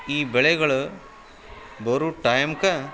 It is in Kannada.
ಈ ಬೆಳೆಗಳು ಬರುವ ಟೈಮ್ಗ